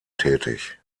tätig